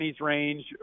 range